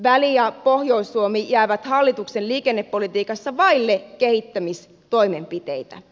väli ja pohjois suomi jäävät hallituksen liikennepolitiikassa vaille kehittämistoimenpiteitä